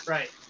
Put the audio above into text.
Right